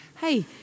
Hey